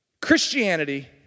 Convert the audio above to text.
Christianity